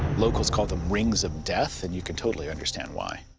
locals called them rings of death, and you can totally understand why.